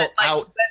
out